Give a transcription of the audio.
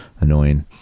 annoying